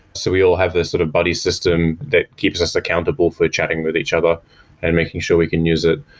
so we'll have this sort of buddy system that keeps us accountable if we're chatting with each other and making sure we can use it.